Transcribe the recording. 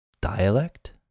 dialect